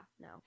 no